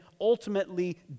ultimately